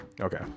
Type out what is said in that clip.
Okay